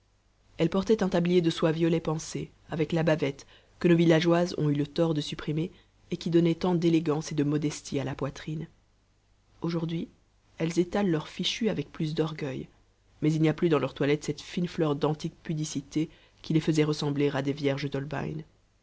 elle portait un tablier de soie violet pensée avec la bavette que nos villageoises ont eu le tort de supprimer et qui donnait tant d'élégance et de modestie à la poitrine aujourd'hui elles étalent leur fichu avec plus d'orgueil mais il n'y a plus dans leur toilette cette fine fleur d'antique pudicité qui les faisait ressembler à des vierges